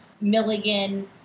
Milligan